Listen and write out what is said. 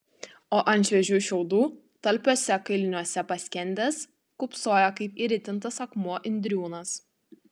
o ant šviežių šiaudų talpiuose kailiniuose paskendęs kūpsojo kaip įritintas akmuo indriūnas